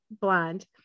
blonde